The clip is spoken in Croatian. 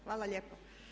Hvala lijepo.